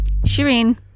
Shireen